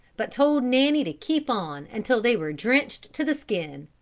but told nanny to keep on until they were drenched to the skin.